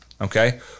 Okay